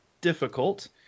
difficult